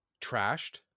Trashed